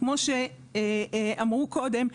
כמו שאמרו קודם,